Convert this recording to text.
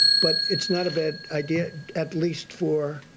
but it's not a bad i get at least four.